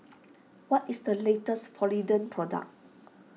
what is the latest Polident Product